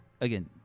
Again